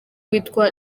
witwa